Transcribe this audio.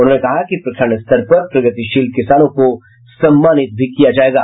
उन्होंन कहा कि प्रखंड स्तर पर प्रगतिशील किसानों को सम्मानित भी किया जायेगा